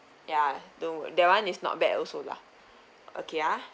ya the that one is not bad also lah okay ah